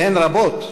והן רבות,